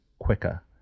quicker